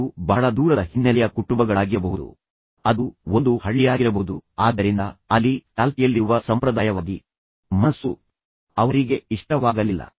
ಮೊದಲು ಅವರದ್ದು ಬಹಳ ದೂರದ ಹಿನ್ನೆಲೆಯ ಕುಟುಂಬಗಳಾಗಿರಬಹುದು ಅದು ಒಂದು ಹಳ್ಳಿಯಾಗಿರಬಹುದು ಆದ್ದರಿಂದ ಅಲ್ಲಿ ಚಾಲ್ತಿಯಲ್ಲಿರುವ ಸಂಪ್ರದಾಯವಾದಿ ಮನಸ್ಸು ಅವರಿಗೆ ಇಷ್ಟವಾಗಲಿಲ್ಲ